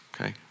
okay